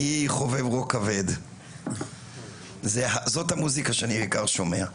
אני חובב רוק כבד, זאת המוסיקה שאני בעיקר שומע.